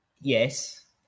Yes